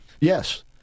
Yes